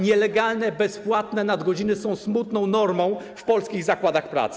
Nielegalne bezpłatne nadgodziny są smutną normą w polskich zakładach pracy.